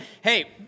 hey